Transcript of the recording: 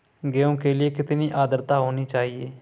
गेहूँ के लिए कितनी आद्रता होनी चाहिए?